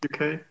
uk